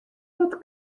wat